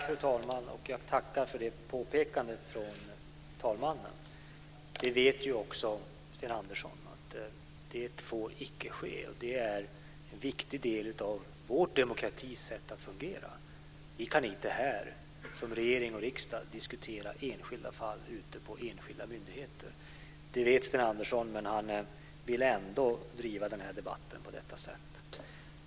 Fru talman! Jag tackar för det påpekandet från talmannen. Sten Andersson vet ju också att detta inte får ske. Det är en viktig del av vår demokratis sätt att fungera. Vi kan inte här, som regering och riksdag, diskutera enskilda fall ute på enskilda myndigheter. Det vet Sten Andersson, men han vill ändå driva den här debatten på detta sätt.